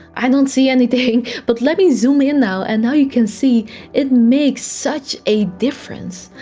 i don't see anything, but let me zoom in now, and now you can see it makes such a difference.